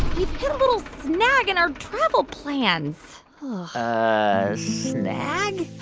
we've hit a little snag in our travel plans a snag?